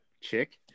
chick